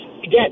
Again